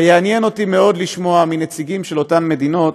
ויעניין אותי מאוד לשמוע מנציגים של אותן מדינות